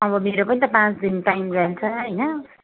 अब मेरो पनि त पाँच दिन टाइम जान्छ होइन